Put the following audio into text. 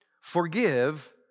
Forgive